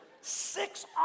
Six